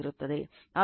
ಆದ್ದರಿಂದ 13